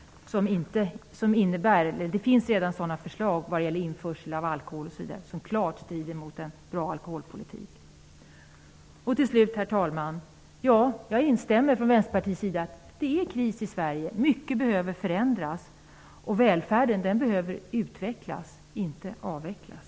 Det finns redan förslag vad gäller införsel av alkohol m.m. som klart strider mot en bra alkoholpolitik. Herr talman! Slutligen instämmer jag för Vänsterpartiets del i att det är kris i Sverige. Mycket behöver förändras. Välfärden behöver utvecklas, inte avvecklas.